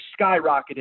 skyrocketed